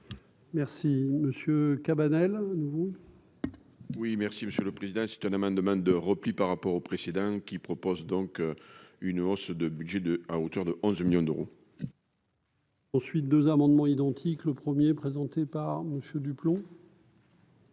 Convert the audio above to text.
Merci monsieur Cabanel vous. Oui, merci Monsieur le Président, c'est un amendement de repli par rapport au précédent qui propose donc une hausse de budget de à hauteur de 11 millions d'euros. Ensuite, 2 amendements identiques, le 1er présenté par Monsieur du plomb.